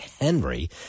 Henry